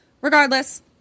regardless